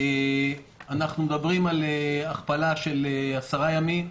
אנחנו מדברים על הכפלה בעשרה ימים.